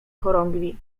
chorągwi